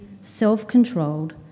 self-controlled